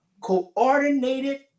coordinated